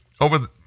over